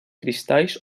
cristalls